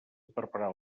preparar